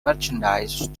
merchandise